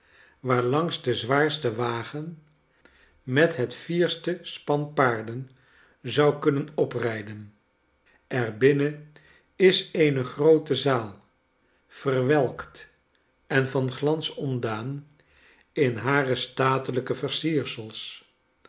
waarlangs de zwaarste wagen met het fierste span paarden zou kunnen oprijden er binnen is eene groote zaal verwelkt en van glans ontdaan in hare statelijke versiersels